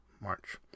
March